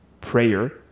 prayer